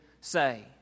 say